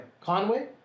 Conway